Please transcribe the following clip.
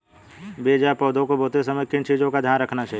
बीज या पौधे को बोते समय किन चीज़ों का ध्यान रखना चाहिए?